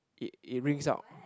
it it rings out